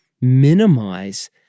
minimize